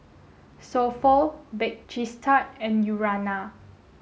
So Pho Bake Cheese Tart and Urana